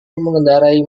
mengendarai